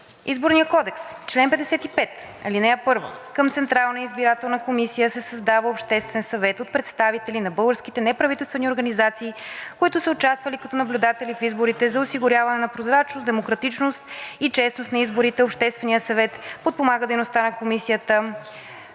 Изборния кодекс: „чл. 55, ал. 1 – Към Централна избирателна комисия се създава Обществен съвет от представители на българските неправителствени организации, които са участвали като наблюдатели в изборите за осигуряване на прозрачност, демократичност и честност на изборите. Общественият съвет подпомага дейността на Комисията.